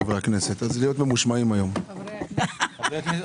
חברי הכנסת.